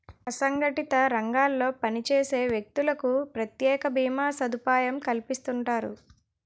అసంగటిత రంగాల్లో పనిచేసే వ్యక్తులకు ప్రత్యేక భీమా సదుపాయం కల్పిస్తుంటారు